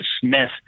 Smith